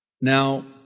Now